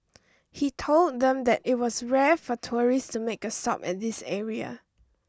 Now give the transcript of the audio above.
he told them that it was rare for tourists to make a stop at this area